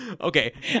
Okay